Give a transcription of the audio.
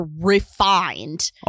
refined